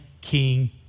King